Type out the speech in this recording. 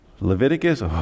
Leviticus